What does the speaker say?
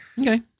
Okay